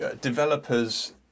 developers